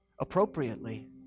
appropriately